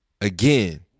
Again